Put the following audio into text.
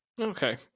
okay